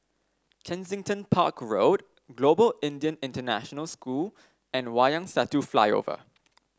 Kensington Park Road Global Indian International School and Wayang Satu Flyover